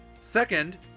Second